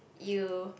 you